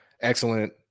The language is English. excellent